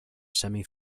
semi